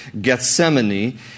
Gethsemane